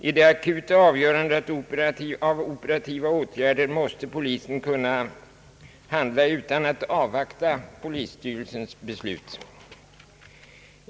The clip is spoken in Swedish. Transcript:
I det akuta avgörandet om operativa åtgärder måste polisen kunna handla utan att avvakta polisstyrelsens beslut.